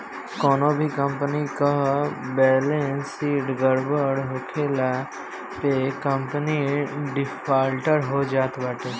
कवनो भी कंपनी कअ बैलेस शीट गड़बड़ होखला पे कंपनी डिफाल्टर हो जात बाटे